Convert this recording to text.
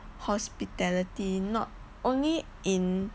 hospitality not only in